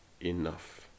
enough